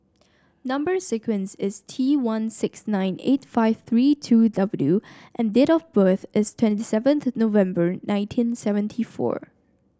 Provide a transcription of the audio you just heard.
number sequence is T one six nine eight five three two W and date of birth is twenty seventh November nineteen seventy four